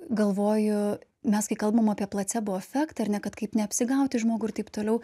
galvoju mes kai kalbam apie placebo efektą ar ne kad kaip neapsigauti žmogui ir taip toliau